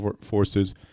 forces